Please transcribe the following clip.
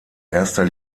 erster